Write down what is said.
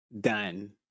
done